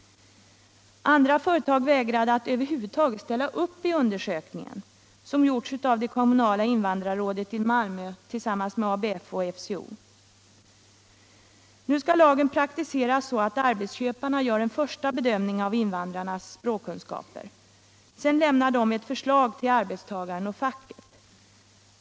Andra företag vägrade att över huvud taget ställa upp i undersökningen, som gjorts av det kommunala invandrarrådet i Malmö tillsammans med ABF och FCO. Lagen skall nu praktiseras så att arbetsköparna gör en första bedömning av invandrarnas språkkunskaper. Sedan lämnar de ett förslag till arbetstagaren och facket.